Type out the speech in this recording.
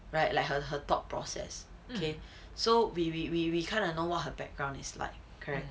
right like her her thought process okay so we we we we kind of know what her background is like correct